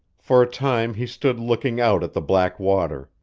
for a time he stood looking out at the black water,